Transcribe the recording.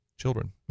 children